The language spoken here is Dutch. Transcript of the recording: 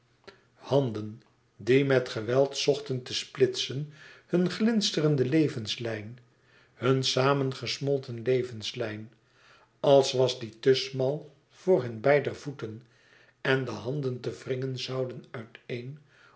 handen die met geweld zochten te splitsen hun glinstere levenslijn hun samengesmolten levenslijn als was die te smal voor hunne beider voeten en de handen ze wringen zouden uit een